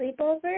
sleepover